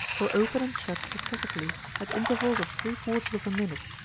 will open and shut successively at intervals of three quarters of a minute,